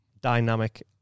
dynamic